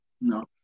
No